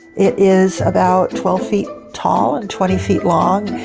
is about twelve feet tall and twenty feet long.